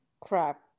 Crap